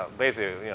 basically, you know,